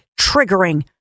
triggering